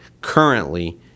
currently